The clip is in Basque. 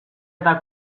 eta